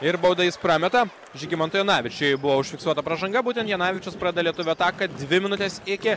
ir baudą jis prameta žygimantui janavičiui buvo užfiksuota pražanga būtent janavičius pradeda lietuvių ataką dvi minutės iki